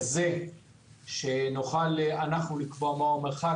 הנוסח כך שנוכל אנחנו לקבוע מה המרחק,